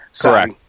Correct